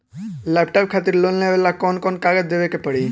Laptop खातिर loan लेवे ला कौन कौन कागज देवे के पड़ी?